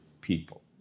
people